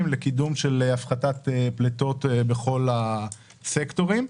לקידום של הפחתת פליטות בכל הסקטורים.